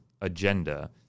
agenda